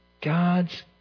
God's